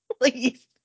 please